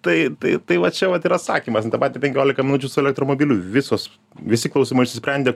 tai tai tai va čia vat ir atsakymas į tą patį penkiolika minučių su elektromobiliu visos visi klausimai išsisprendė